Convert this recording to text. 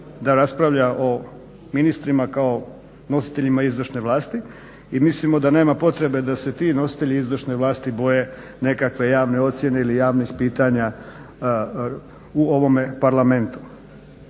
da raspravlja o ministrima kao nositeljima izvršne vlasti. I mislimo da nema potrebe da se ti nositelji izvršne vlasti boje nekakve javne ocjene ili javnih pitanja u ovome Parlamentu.